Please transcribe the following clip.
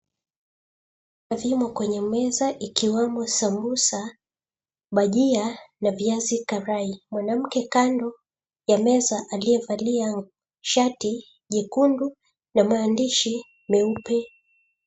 Vimo kwenye meza ikiwemo sambusa, bhajia na viazi karai. Mwanamke kando ya meza aliyevalia shati jekundu na maandishi meupe.